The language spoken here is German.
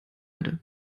erde